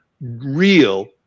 real